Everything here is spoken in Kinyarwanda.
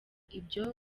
ibyo